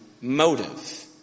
motive